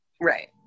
Right